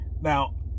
Now